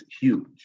huge